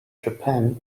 japan